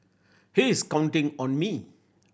he is counting on me